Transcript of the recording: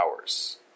hours